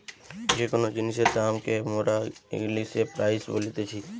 যে কোন জিনিসের দাম কে মোরা ইংলিশে প্রাইস বলতিছি